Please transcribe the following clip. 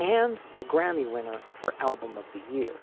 and the grammy winner for album of the year,